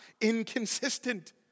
inconsistent